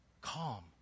Calm